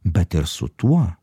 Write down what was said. bet ir su tuo